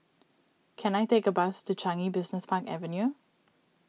can I take a bus to Changi Business Park Avenue